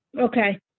Okay